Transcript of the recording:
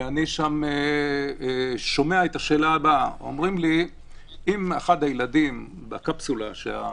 ואני שם שומע את השאלה הבאה: אם בקפסולה שבה